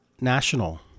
national